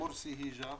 שמי מורסי היג'א.